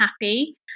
happy